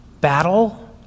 battle